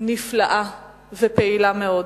נפלאה ופעילה מאוד,